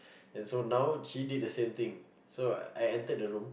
and so now she did the same thing so I entered the room